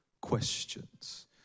questions